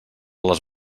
les